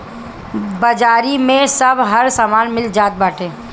बाजारी में अब हर समान मिल जात बाटे